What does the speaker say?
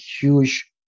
huge